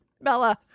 Bella